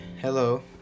Hello